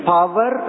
Power